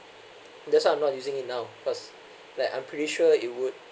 that's why I'm not using it now cause like I'm pretty sure it would